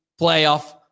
playoff